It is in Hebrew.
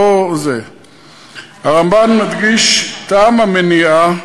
הרמב"ן מדגיש: טעם המניעה,